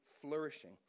flourishing